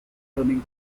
turning